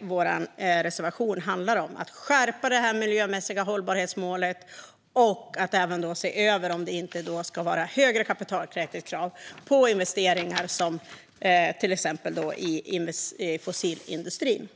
Vår reservation handlar alltså om att skärpa det miljömässiga hållbarhetsmålet och även se över om det inte ska vara högre kapitaltäckningskrav på investeringar i exempelvis fossilindustrin.